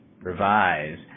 revise